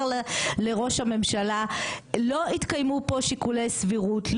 לראש הממשלה שלא התקיימו פה שיקולי סבירות,